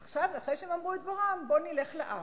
עכשיו, אחרי שהם אמרו את דברם, בואו נלך לעם.